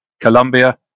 Colombia